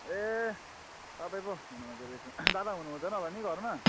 ए तपाईँ पो हुनुहुँदो रहेछ दादा हुनुहुँदैन होला नि घरमा